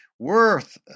worth